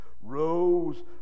rose